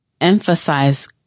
emphasize